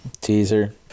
Teaser